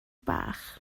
bach